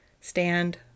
stand